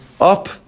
up